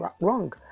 wrong